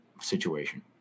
situation